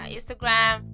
Instagram